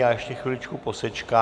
Já ještě chviličku posečkám.